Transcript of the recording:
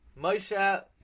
Moshe